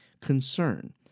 Concern